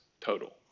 total